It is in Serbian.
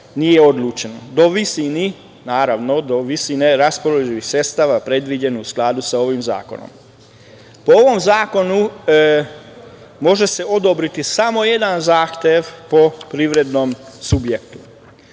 nije odlučeno, do visine raspoloživih sredstava predviđenih u skladu sa ovim zakonom. Po ovom zakonu može se odobriti samo jedan zahtev po privrednom subjektu.